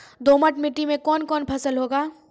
दोमट मिट्टी मे कौन कौन फसल होगा?